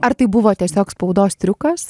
ar tai buvo tiesiog spaudos triukas